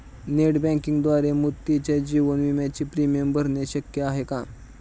Net बँकिंगद्वारे मुदतीच्या जीवन विम्याचे प्रीमियम भरणे शक्य आहे का?